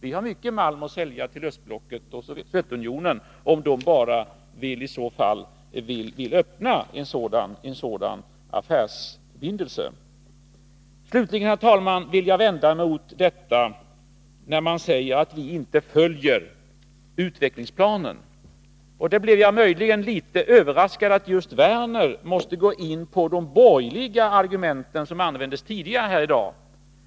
Vi har mycket malm att sälja till östblocket och Sovjetunionen, om de bara i så fall blir öppna för en sådan affärsförbindelse. Slutligen, herr talman, vill jag vända mig mot när man säger att vi inte följer utvecklingsplanen. Jag blir möjligen litet överraskad över att just Lars Werner måste gå in på de borgerliga argument som använts tidigare här i dag.